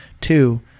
Two